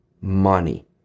money